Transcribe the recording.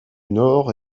nord